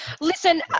listen